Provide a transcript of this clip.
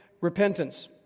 repentance